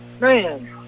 Man